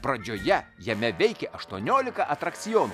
pradžioje jame veikė aštuoniolika atrakcionų